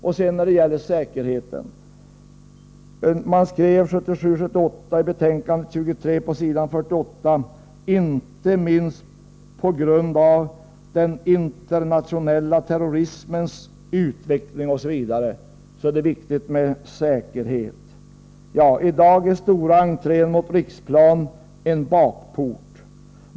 Så till frågan om säkerheten: Man skrev i betänkande 1977/78:23 på s. 48 att det inte minst på grund av den internationella terrorismens utveckling osv. var viktigt med säkerheten. I dag är stora entrén mot Riksplan en bakport.